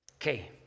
Okay